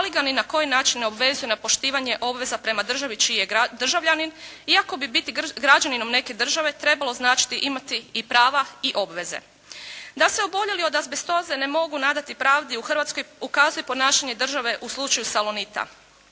ali ga ni na koji način ne obvezuje na poštivanje obveza prema državi čiji je državljanin iako bi biti građaninom neke države trebalo značiti imati i prava i obaveze. Da se oboljeli od azbestoze ne mogu nadati pravdi u Hrvatskoj ukazuje ponašanje države u slučaju "Salonit".